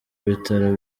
bitaro